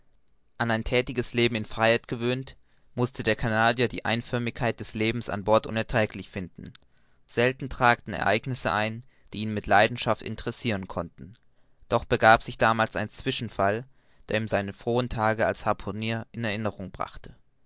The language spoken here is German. an ein thätiges leben in freiheit gewöhnt mußte der canadier die einförmigkeit des lebens an bord unerträglich finden selten traten ereignisse ein die ihn mit leidenschaft interessiren konnten doch begab sich damals ein zwischenfall der ihm seine frohen tage als harpunier in erinnerung brachte